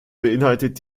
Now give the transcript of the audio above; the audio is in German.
beinhaltet